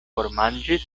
formanĝis